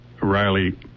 Riley